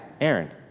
Aaron